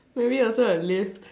maybe also a lift